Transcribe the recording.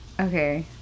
Okay